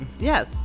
Yes